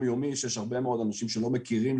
יומי שיש הרבה מאוד אנשים שלא מכירים,